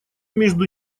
между